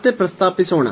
ಮತ್ತೆ ಪ್ರಸ್ತಾಪಿಸೋಣ